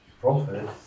Prophet